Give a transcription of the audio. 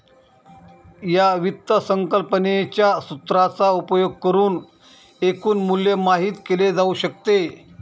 या वित्त संकल्पनेच्या सूत्राचा उपयोग करुन एकूण मूल्य माहित केले जाऊ शकते